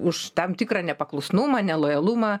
už tam tikrą nepaklusnumą nelojalumą